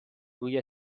روی